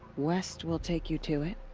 west will take you to it.